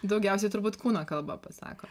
daugiausiai turbūt kūno kalba pasako